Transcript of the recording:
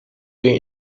weer